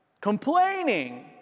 complaining